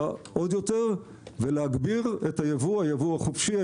עוד יותר ולהגביר את הייבוא החופשי,